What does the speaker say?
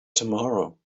tomorrow